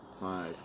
five